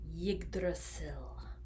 yggdrasil